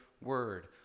Word